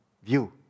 View